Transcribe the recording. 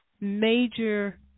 major